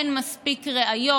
אין מספיק ראיות,